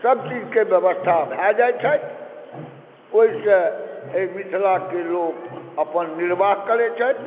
सब चीजके व्यवस्था भए जाइत छथि ओहिसँ एहि मिथिलाके लोक अपन निर्वाह करए छथि